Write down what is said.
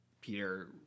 Peter